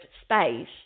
space